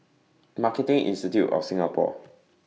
Marketing Institute of Singapore